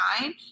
nine